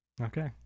Okay